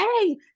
hey